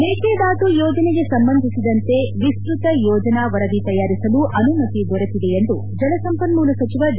ಮೇಕೆದಾಟು ಯೋಜನೆಗೆ ಸಂಬಂಧಿಸಿದಂತೆ ವಿಸ್ತತ ಯೋಜನಾ ವರದಿ ತಯಾರಿಸಲು ಅನುಮತಿ ದೊರೆತಿದೆ ಎಂದು ಜಲಸಂಪನ್ಮೂಲ ಸಚಿವ ಡಿ